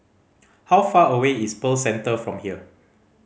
how far away is Pearl Centre from here